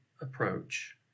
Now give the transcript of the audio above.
approach